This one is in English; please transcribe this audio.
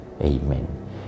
Amen